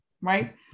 right